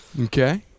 okay